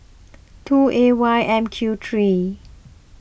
two A Y M Q three